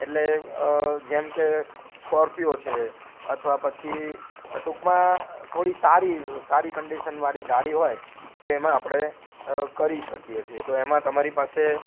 એટલે જેમ કે સ્કોરપીઓ છે અથવા પછી ટૂંકમાં થોડી સારી સારી કંડિશનવાળી ગાડી હોય તો એમાં આપણે કરી શકીએ છીએ તો એમાં તમારી પાસે